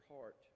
heart